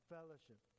Fellowship